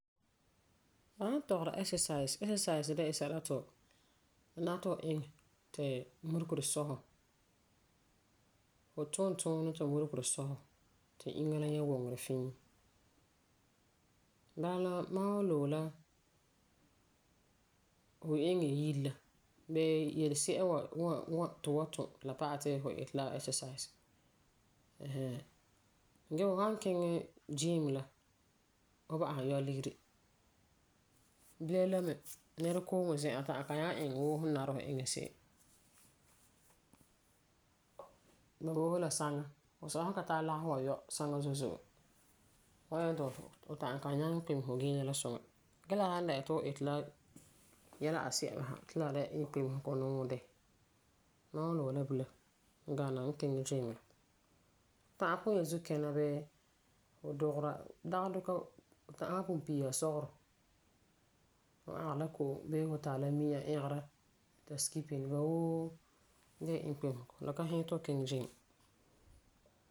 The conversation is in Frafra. Ba san tɔgera exercise, exercise de la sɛla ti fu nara ti iŋɛ ti muregere sɔ fu. Fu tum tuunɛ ti muregere sɔ fu ti inŋa la nyɛ wuŋerɛ fiin. Bala la mam wan loe fu iŋɛ yire la bii yelesi'a n wan n wan, ti fu wan tum ti la pa'alɛ ti fu iti exercise. Ɛɛ hɛɛn. Ge fu san kiŋɛ gym la fu wan ba'am yɔ ligeri. Bilam la me, nɛrekuuŋɔ zi'an, fu ta'am kan nyaŋɛ iŋɛ wuu fum boti ni bu se'em. Ba bo fu la saŋa. Fu san ka tara lagefɔ n wan yɔ saŋa zo'e zo'e, fu wan nyɛ ti, fu ta'am kan nyaŋɛ kpemese fu inŋa la. Gee la san dɛna ti fu iti la yɛla asi'a sa ti la di'a la inkpemesego nuu de, mam wan loe la bilam gana n kiŋɛ gym la. Fu ta'am pugum yen zuu kina bii fu dugera. Dagi duka, fu ta'am pugum yen piisa sɔgerɔ, fu ãkeri la Ko'om bii fu tari la mi'a ɛgera ita skipping. Ba woo de la inkpemesego. La hiɛ ti fu kiŋɛ gym.